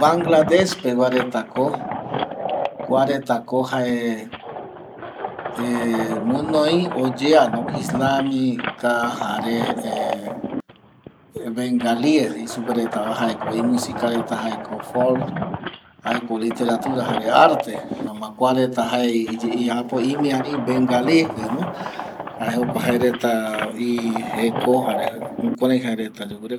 Bangladesch pegua retako kuaretako jaereta guɨnoi oyeano islamica jare bengalies jei supe retava jaeko imusica reta jaeko pop jaeko literatura jare arte jaema kuareta imiari bengalipeno jae jokua jareta ijeko jare jukurai jaereta yoguɨreko